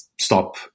stop